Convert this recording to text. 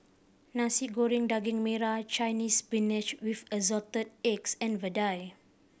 Nasi Goreng Daging Merah Chinese Spinach with Assorted Eggs and vadai